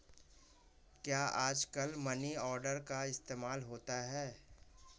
क्या आजकल money order का इस्तेमाल होता है?